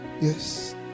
yes